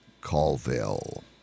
Colville